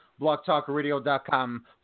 BlockTalkRadio.com